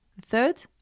Third